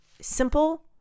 simple